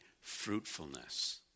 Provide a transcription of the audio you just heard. Fruitfulness